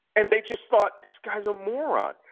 and they just thought, this guy's a moron.